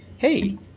Hey